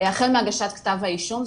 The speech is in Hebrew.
החל מהגשת כתב האישום,